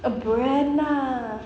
a brand lah